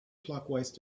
clockwise